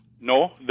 No